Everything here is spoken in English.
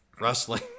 wrestling